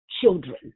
children